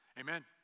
Amen